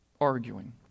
arguing